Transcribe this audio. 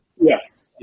Yes